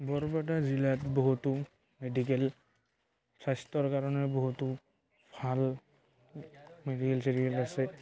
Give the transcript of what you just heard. বৰপেটা জিলাত বহুতো মেডিকেল স্বাস্থ্যৰ কাৰণে বহুতো ভাল মেডিকেল চেডিকেল আছে